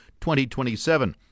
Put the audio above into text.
2027